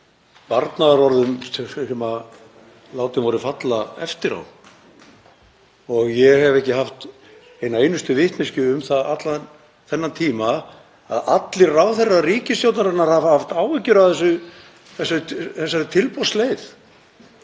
varnaðarorðum sem látin voru falla eftir á. Ég hef ekki haft eina einustu vitneskju um það allan þennan tíma að allir ráðherrar ríkisstjórnarinnar hafi haft áhyggjur af þessari tilboðsleið.